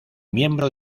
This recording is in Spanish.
miembro